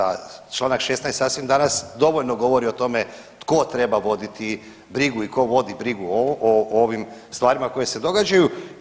A članak 16. sasvim danas dovoljno govori o tome tko treba voditi brigu i tko vodi brigu o ovim stvarima koje se događaju.